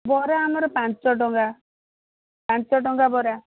ବରା ଆମର ପାଞ୍ଚ ଟଙ୍କା ପାଞ୍ଚ ଟଙ୍କା ବରା